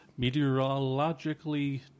Meteorologically